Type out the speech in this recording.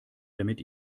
damit